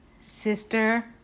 sister